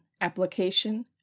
application